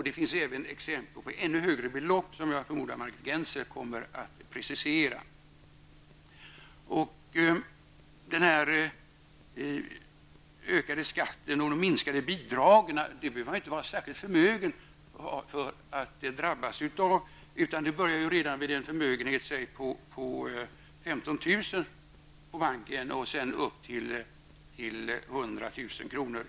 Det finns även exempel på ännu högre effekter, som jag förmodar att även Margit Gennser kommer att precisera. Man behöver inte vara särskilt förmögen för att drabbas av ökningen av skatten och minskningen av bidragen, utan det börjar redan vid en förmögenhet på 15 000 kr. på banken och ger fullt utslag vid 100 000 kr.